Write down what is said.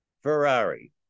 Ferrari